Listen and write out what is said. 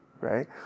right